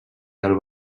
del